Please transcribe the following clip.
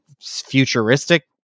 futuristic